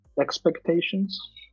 expectations